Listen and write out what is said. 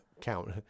Count